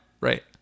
right